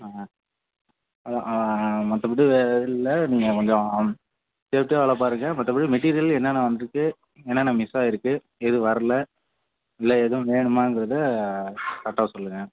ஆ அதுதான் மற்றபடி வேறு எதுவும் இல்லை நீங்கள் கொஞ்சம் சேஃப்டியாக வேலை பாருங்க மற்றபடி மெட்டீரியல் என்னென்ன வந்துருக்கு என்னென்ன மிஸ்ஸாயிருக்கு எது வரல இல்லை எதுவும் வேணுமாங்கிறத கரெக்டாக சொல்லுங்க